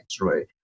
right